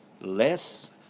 less